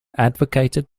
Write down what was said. advocated